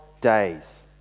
days